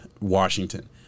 Washington